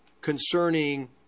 concerning